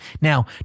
Now